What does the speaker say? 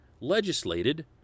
legislated